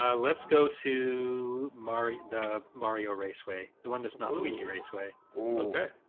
ah let's go to mari the mario raceway the one does not luigi raceway. okay.